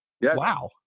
wow